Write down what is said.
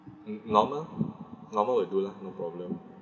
mm normal normal will do lah no problem